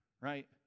right